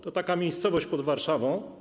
To taka miejscowość pod Warszawą.